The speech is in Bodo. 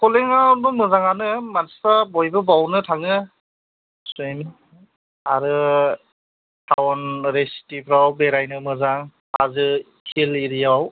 एख'लेन्दावबो मोजाङानो मानसिफ्रा बयबो बावनो थाङो आरो थाउन ओरै सिटिफ्राव बेरायनो मोजां हाजो हिल एरियायाव